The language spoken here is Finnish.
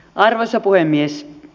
arvoisa puhemies